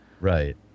Right